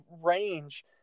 range